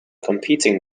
competing